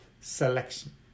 selection